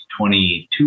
22